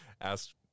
asked